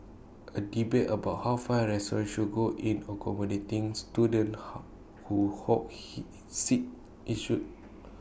A debate about how far A restaurants should go in accommodating students who hog he seats ensued